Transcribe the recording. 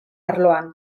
arloan